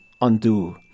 undo